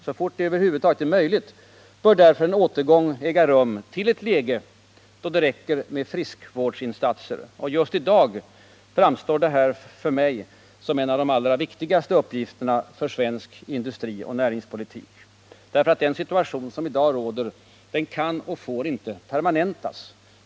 Så fort det över huvud taget är möjligt bör därför en återgång äga rum till ett läge då det räcker med friskvårdsinsatser. Och just i dag framstår detta för mig som en av de allra viktigaste uppgifterna för svensk industrioch näringspolitik, därför att den situation som nu råder inte kan och får permanentas.